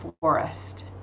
forest